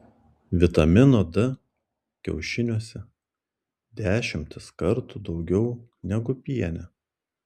vitamino d kiaušiniuose dešimtis kartų daugiau negu piene